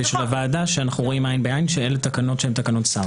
של הוועדה שאנחנו רואים עין בעין שאלה תקנות שהן תקנות שר.